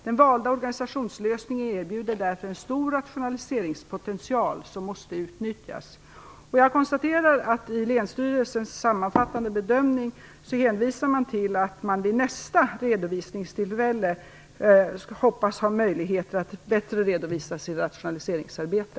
Den valda organisationslösningen erbjuder därvid en stor rationaliseringspotential, som måste utnyttjas." Jag konstaterar att man i länsstyrelsens sammanfattande bedömning hänvisar till att man vid nästa redovisningstillfälle hoppas ha möjligheter att bättre redovisa sitt rationaliseringsarbete.